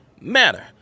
matter